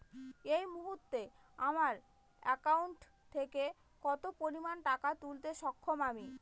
এই মুহূর্তে আমার একাউন্ট থেকে কত পরিমান টাকা তুলতে সক্ষম আমি?